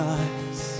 eyes